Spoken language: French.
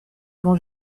avant